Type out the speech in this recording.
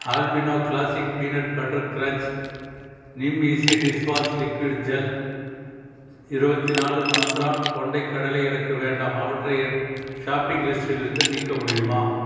Alpino classic peanut butter crunch நிம்மீஸி dishwash liquid gel இருபத்தினாலு மந்த்ரா கொண்டைக் கடலை எனக்கு வேண்டாம் அவற்றை என் ஷாப்பிங் லிஸ்டிலிருந்து நீக்க முடியுமா